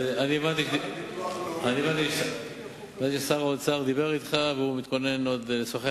הבנתי ששר האוצר דיבר אתך והוא מתכונן עוד לשוחח